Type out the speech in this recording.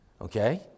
Okay